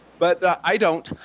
but i don't.